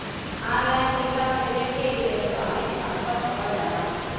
online पइसा भेजे के इलेक्ट्रानिक ट्रांसफर कहल जाला